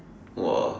!wah!